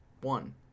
One